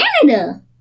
Canada